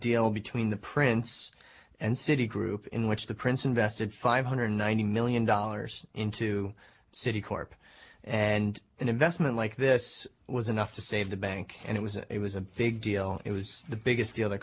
deal between the prince and citi group in which the prince invested five hundred ninety million dollars into citi corp and an investment like this was enough to save the bank and it was it was a big deal it was the biggest deal the